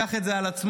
לקח את זה על עצמו,